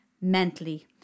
mentally